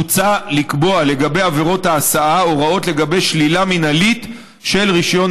מוצע לקבוע לגבי עבירות ההסעה הוראות לגבי שלילה מינהלית של רישיון